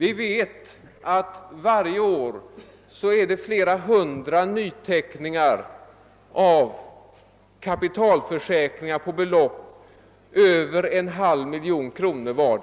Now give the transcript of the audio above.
Vi vet att det varje år görs nyteckningar av flera hundra kapitalförsäkringar på belopp över en halv miljon kronor.